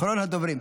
אחרון הדוברים.